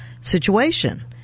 situation